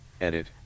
Edit